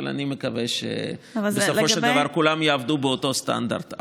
אבל אני מקווה שבסופו של דבר כולן יעבדו באותו סטנדרט.